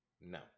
No